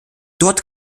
dort